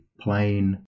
Plain